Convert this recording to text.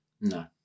No